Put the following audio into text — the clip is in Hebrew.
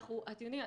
אתם יודעים,